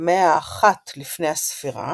לפני הספירה,